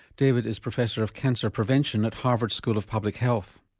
david is professor of cancer prevention at harvard school of public health.